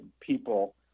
people